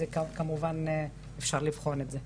כמובן אפשר לבחון את זה.